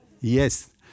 Yes